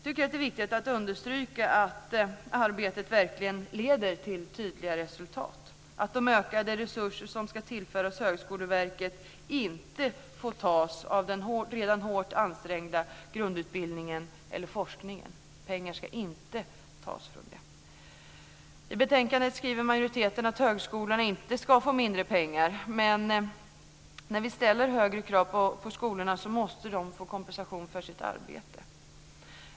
Det är viktigt att understryka att det arbetet verkligen leder till tydliga resultat. De ökade resurser som ska tillföras Högskoleverket får inte tas från den redan hårt ansträngda grundutbildningen eller forskningen. Pengarna ska inte tas från det. I betänkandet skriver majoriteten att högskolorna inte ska få mindre pengar, men ställer vi högre krav på skolorna måste de få kompensation för sitt arbete.